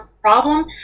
problem